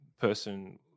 person